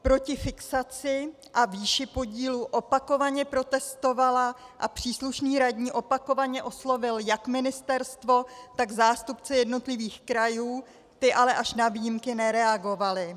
Proti fixaci a výši podílu opakovaně protestovala a příslušný radní opakovaně oslovil jak ministerstvo, tak zástupce jednotlivých krajů, ti ale až na výjimky nereagovali.